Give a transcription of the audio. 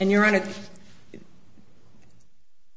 and you're on it